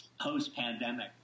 post-pandemic